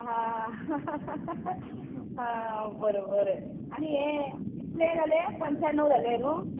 आ हा बरें बरें आनी हें कितले जाले पंचाण्णव जाले न्हू